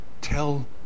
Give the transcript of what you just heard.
Tell